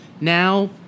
Now